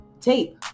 tape